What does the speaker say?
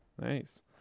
nice